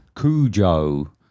Cujo